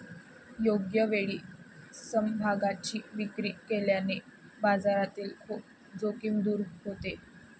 योग्य वेळी समभागांची विक्री केल्याने बाजारातील जोखीम दूर होते